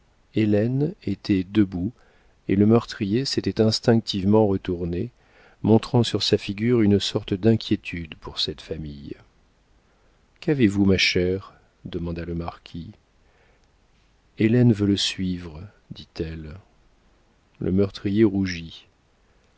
était debout et le meurtrier s'était instinctivement retourné montrant sur sa figure une sorte d'inquiétude pour cette famille qu'avez-vous ma chère demanda le marquis hélène veut le suivre dit-elle le meurtrier rougit